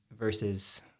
Versus